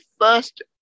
first